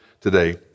today